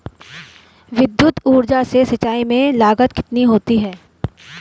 विद्युत ऊर्जा से सिंचाई में लागत कितनी होती है?